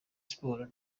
sports